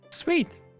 Sweet